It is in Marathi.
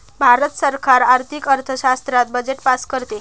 भारत सरकार आर्थिक अर्थशास्त्रात बजेट पास करते